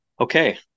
okay